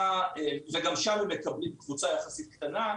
וגם משם הם מקבלים קבוצה יחסית קטנה.